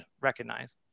recognize